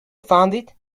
funded